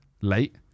late